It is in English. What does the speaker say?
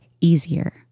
easier